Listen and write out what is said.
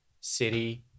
City